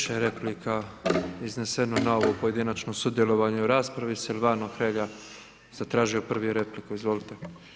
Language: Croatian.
Više je replika izneseno na ovo pojedinačno sudjelovanje u raspravi, Silvano Hrelja je zatražio prvi repliku, izvolite.